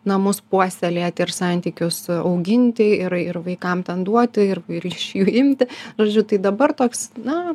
namus puoselėti ir santykius auginti ir ir vaikam duoti ir ir iš jų imti žodžiu tai dabar toks na